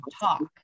talk